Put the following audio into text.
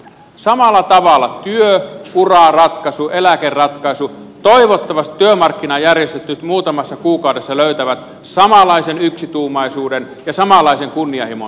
samalla tavalla työuraratkaisu eläkeratkaisu toivottavasti työmarkkinajärjestöt nyt muutamassa kuukaudessa löytävät samanlaisen yksituumaisuuden ja samanlaisen kunnianhimon tason